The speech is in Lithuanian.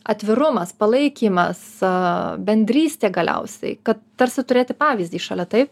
atvirumas palaikymas bendrystė galiausiai kad tarsi turėti pavyzdį šalia taip